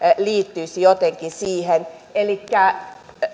liittyisivät jotenkin siihen elikkä